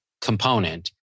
component